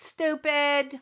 stupid